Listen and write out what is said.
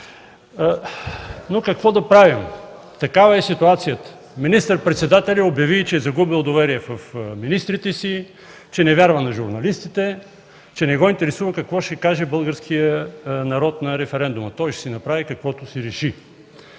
Но какво да правим? Такава е ситуацията. Министър-председателят обяви, че е загубил доверие в министрите си, че не вярва на журналистите, че не го интересува какво ще каже българският народ на референдума, той ще си направи каквото си реши.